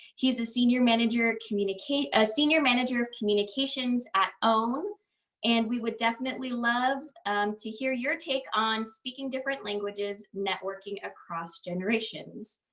he's a senior manager communicate a senior manager of communications at own and we would definitely love to hear your take on speaking different languages networking across generations.